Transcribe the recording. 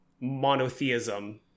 monotheism